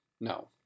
No